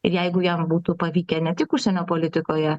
ir jeigu jam būtų pavykę ne tik užsienio politikoje